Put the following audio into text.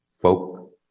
folk